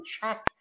check